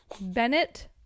Bennett